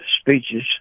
speeches